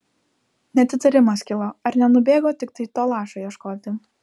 net įtarimas kilo ar nenubėgo tiktai to lašo ieškoti